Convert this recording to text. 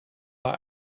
bei